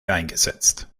eingesetzt